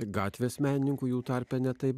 gatvės menininkų jų tarpe ne taip